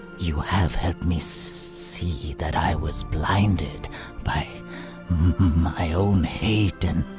you have helped me see that i was blinded by my own hate and